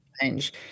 change